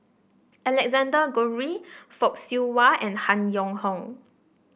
Alexander Guthrie Fock Siew Wah and Han Yong Hong